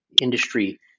industry